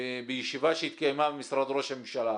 בישיבה שהתקיימה במשרד ראש הממשלה